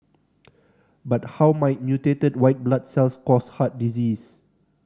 but how might mutated white blood cells cause heart disease